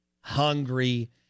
hungry